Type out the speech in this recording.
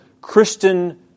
Christian